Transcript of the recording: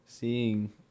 Seeing